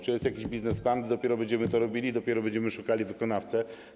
Czy jest jakiś biznesplan, czy dopiero będziemy go robili i dopiero będziemy szukali wykonawcy?